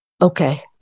okay